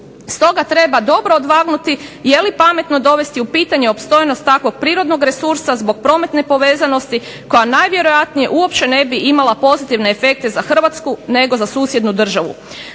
Stoga treba dobro odvagnuti je li pametno dovesti u pitanje opstojnost takvog prirodnog resursa zbog prometne povezanosti koja najvjerojatnije uopće ne bi imala pozitivne efekte za Hrvatsku nego za susjednu državu.